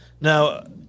now